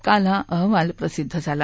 काल हा अहवाल प्रसिद्ध झाला